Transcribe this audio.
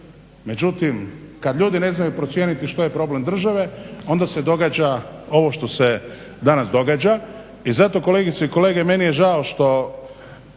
Međutim, kad ljudi ne znaju procijeniti problem države onda se događa ovo što se danas događa i zato kolegice i kolege meni je žao što